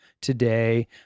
today